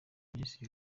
minisitiri